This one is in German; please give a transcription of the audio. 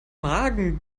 magen